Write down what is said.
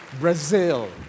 Brazil